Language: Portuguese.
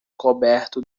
coberto